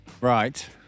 Right